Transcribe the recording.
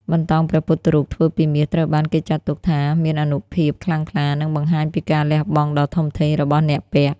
បន្តោងព្រះពុទ្ធរូបធ្វើពីមាស ត្រូវបានគេចាត់ទុកថាមានអានុភាពខ្លាំងក្លា និងបង្ហាញពីការលះបង់ដ៏ធំធេងរបស់អ្នកពាក់។